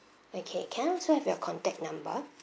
okay can I also have your contact number